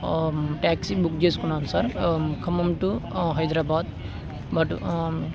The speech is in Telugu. ట్యాక్సీ బుక్ చేసుకున్నాను sir Khammam to Hyderabad but